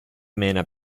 mena